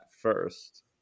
first